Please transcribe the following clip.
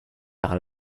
par